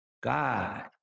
God